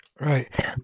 Right